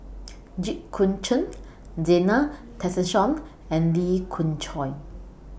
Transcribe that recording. Jit Koon Ch'ng Zena Tessensohn and Lee Khoon Choy